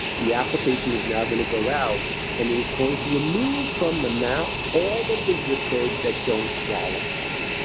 the application is now going to go out and it is going to remove from the map all of the zip codes that don't qualify.